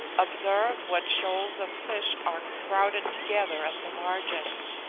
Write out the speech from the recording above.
observe what shoals of fish are crowded together at the margin.